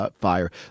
fire